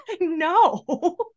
no